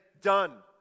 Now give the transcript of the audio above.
done